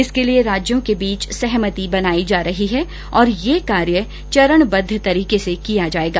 इसके लिए राज्यों के बीच सहमति बनाई जा रही है और यह कार्य चरणबद्व तरीके से किया जायेगा